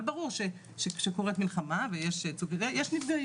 אבל ברור שכשקורית מלחמה יש נפגעים,